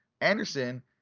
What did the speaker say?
Anderson –